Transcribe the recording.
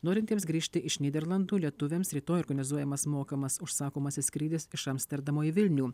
norintiems grįžti iš nyderlandų lietuviams rytoj organizuojamas mokamas užsakomasis skrydis iš amsterdamo į vilnių